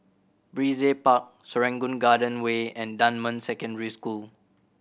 Brizay Park Serangoon Garden Way and Dunman Secondary School